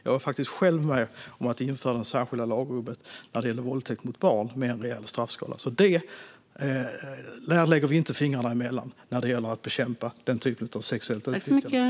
Jag var faktiskt själv med om att införa det särskilda lagrummet när det gäller våldtäkt mot barn, vilket har en rejäl straffskala. När det gäller att bekämpa den typen av sexuellt utnyttjande av barn lägger vi inte fingrarna emellan.